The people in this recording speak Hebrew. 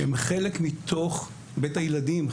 שהם חלק מתוך בית הילדים,